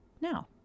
now